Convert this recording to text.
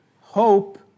hope